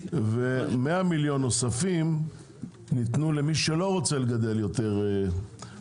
ו-100 מיליון נוספים ניתנו למי שלא רוצה לגדל יותר עופות.